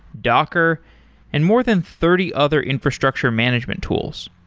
docker and more than thirty other infrastructure management tools.